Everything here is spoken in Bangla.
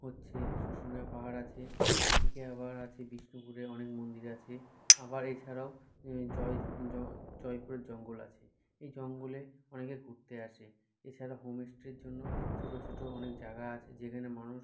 হচ্ছে শুশুনিয়া পাহাড় আছে এদিকে আবার আছে বিষ্ণুপুরে অনেক মন্দির আছে আবার এছাড়াও জয় জয়পুরের জঙ্গল আছে এই জঙ্গলে অনেকে ঘুরতে আসে এছাড়া হোমেস্টের জন্য ছোটো ছোটো অনেক জায়গা আছে যেখানে মানুষ